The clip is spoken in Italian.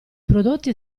prodotti